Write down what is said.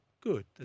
Good